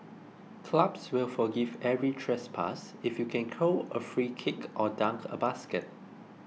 clubs will forgive every trespass if you can curl a free kick or dunk a basket